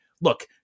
look